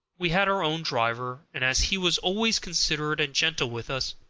we had our own driver, and as he was always considerate and gentle with us,